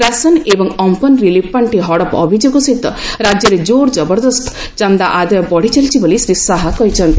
ration ଏବଂ Amphan relief ପାର୍ଷି ହଡ଼ପ ଅଭିଯୋଗ ସହିତ ରାଜ୍ୟରେ ଜୋର୍ ଜବରଦସ୍ତ ଚାନ୍ଦା ଆଦାୟ ବଢ଼ି ଚାଲିଛି ବୋଲି ଶ୍ରୀ ଶାହା କହିଛନ୍ତି